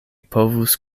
povus